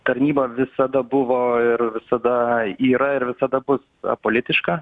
tarnyba visada buvo ir visada yra ir visada bus apolitiška